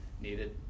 needed